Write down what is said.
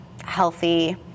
healthy